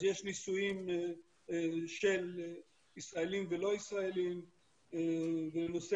אז יש נישואים של ישראלים ולא ישראלים ולנושא